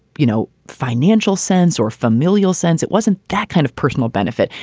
you know, financial sense or familial sense. it wasn't that kind of personal benefit.